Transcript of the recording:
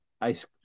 ice